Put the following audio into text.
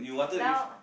now